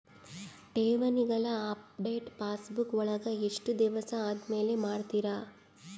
ಠೇವಣಿಗಳ update passbook ವಳಗ ಎಷ್ಟ ದಿವಸ ಆದಮೇಲೆ ಮಾಡ್ತಿರ್?